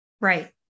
Right